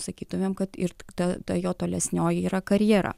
sakytumėm kad ir ta ta jo tolesnioji yra karjera